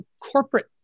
corporate